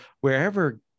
wherever